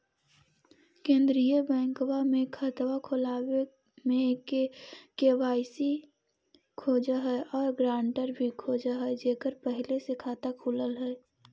केंद्रीय बैंकवा मे खतवा खोलावे मे के.वाई.सी खोज है और ग्रांटर भी खोज है जेकर पहले से खाता खुलल है?